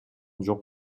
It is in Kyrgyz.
жок